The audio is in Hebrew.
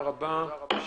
תודה, הבקשה אושרה.